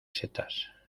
setas